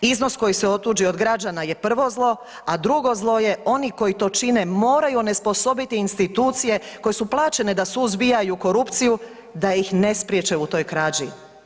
Iznos koji se otuđi od građana je prvo zlo, a drugo zlo je oni koji to čine moraju onesposobiti institucije koje su plaćene da suzbijaju korupciju da ih ne spriječe u toj krađi.